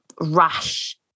rash